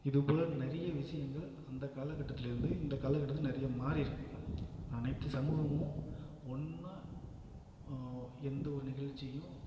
இதுபோல நிறைய விஷயங்கள் அந்த காலக் கட்டத்திலேருந்து இந்த காலக் கட்டத்தில் நிறைய மாறியிருக்கு இப்போது அனைத்து சமூகமும் ஒன்றும் எந்த ஒரு நிகழ்ச்சியும்